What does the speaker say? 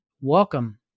welcome